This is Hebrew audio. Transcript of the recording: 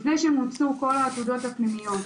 לפני שמוצו כל העתודות הפנימיות,